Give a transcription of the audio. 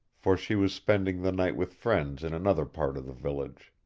for she was spending the night with friends in another part of the village.